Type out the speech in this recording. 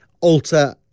alter